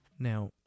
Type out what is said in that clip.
Now